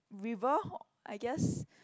river I guess